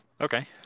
Okay